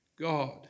God